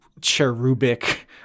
cherubic